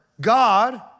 God